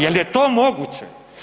Jel je to moguće?